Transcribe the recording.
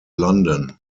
london